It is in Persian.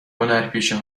هنرپیشه